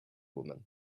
woman